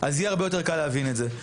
אז יהיה הרבה יותר קל להבין את זה.